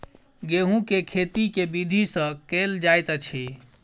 गेंहूँ केँ खेती केँ विधि सँ केल जाइत अछि?